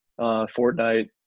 Fortnite